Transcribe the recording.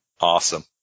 Awesome